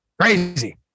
crazy